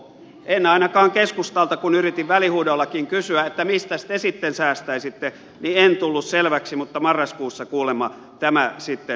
ei ainakaan keskustalta kun yritin välihuudoillakin kysyä että mistäs te sitten säästäisitte tullut selväksi mutta marraskuussa kuulemma tämä sitten selviää